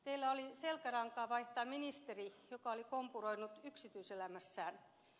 teillä oli selkärankaa vaihtaa ministeri joka oli kompuroinut yksityiselämässään